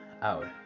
out